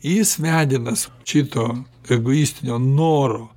jis vedinas šito egoistinio noro